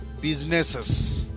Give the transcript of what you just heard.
businesses